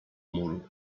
muru